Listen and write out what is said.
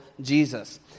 Jesus